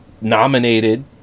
nominated